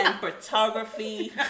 photography